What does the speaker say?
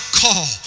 call